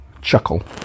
chuckle